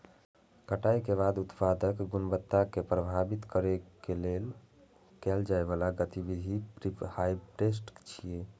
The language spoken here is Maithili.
कटाइ के बाद उत्पादक गुणवत्ता कें प्रभावित करै लेल कैल जाइ बला गतिविधि प्रीहार्वेस्ट छियै